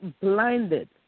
blinded